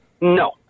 No